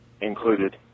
included